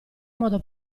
modo